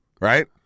Right